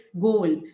goal